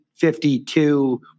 52